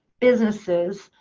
businesses,